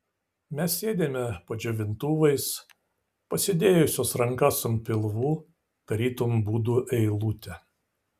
mes sėdime po džiovintuvais pasidėjusios rankas ant pilvų tarytum budų eilutė